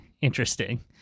interesting